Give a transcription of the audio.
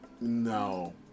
No